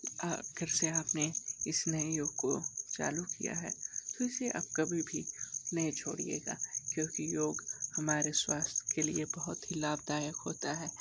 जैसे आपने इस नए योग को चालू किया है तो इसे आप कभी भी नहीं छोड़िएगा क्योंकि योग हमारे स्वास्थ्य के लिए बहुत ही लाभदायक होता है